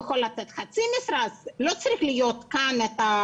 לתת חצי משרה - לא זו צריכה להיות הסוגיה.